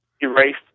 erased